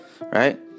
right